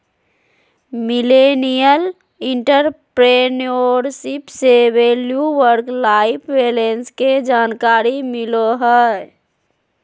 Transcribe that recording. millennial entrepreneurship से value work life balance के जानकारी मिलो हय